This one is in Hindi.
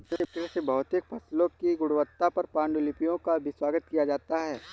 कृषि भौतिकी फसलों की गुणवत्ता पर पाण्डुलिपियों का भी स्वागत किया जाता है